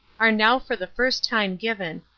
are now for the first time given,